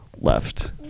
left